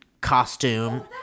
costume